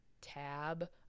tab